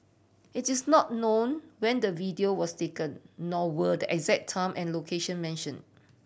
it is not known when the video was taken nor were the exact time and location mention